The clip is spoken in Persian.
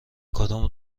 کدام